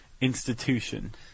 institution